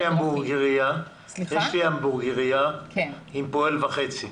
יש לי המבורגריה עם פועל וחצי.